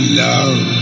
love